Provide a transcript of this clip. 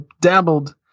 dabbled